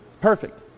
Perfect